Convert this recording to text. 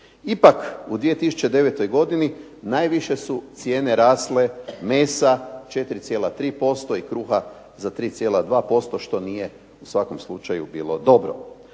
Ipak u 2009. godini najviše su cijene rasle mesa 4,3% i kruha za 3,2% što nije u svakom slučaju bilo dobro.